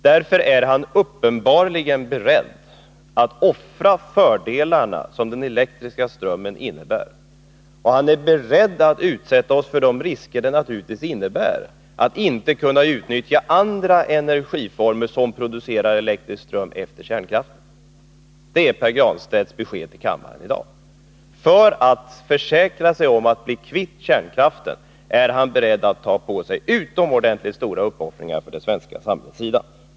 Därför är han uppenbarligen beredd att offra fördelarna som den elektriska strömmen innebär, och han är beredd att utsätta oss för de risker det naturligtvis innebär att inte efter kärnkraften kunna utnyttja andra energiformer som producerar elektrisk ström. Det är Pär Granstedts besked till kammaren i dag. För att försäkra sig om att bli kvitt kärnkraften är han beredd att ta på sig utomordentligt stora uppoffringar från det svenska samhällets sida.